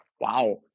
wow